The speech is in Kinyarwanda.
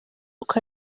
uko